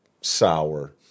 sour